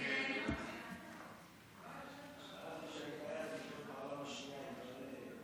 הסתייגות 15 לא נתקבלה.